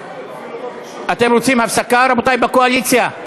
אתם רוצים הפסקה, רבותי בקואליציה?